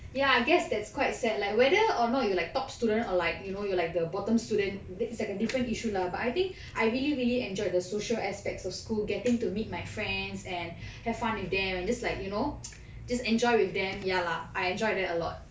ya I guess that's quite sad like whether or not you like top student or like you know you like the bottom student it's like a different issue lah but I think I really really enjoy the social aspects of school getting to meet my friends and have fun with them and just like you know just enjoy with them ya lah I enjoyed that a lot